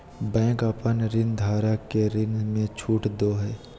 bank अपन ऋणधारक के ऋण में छुट दो हइ